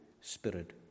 Spirit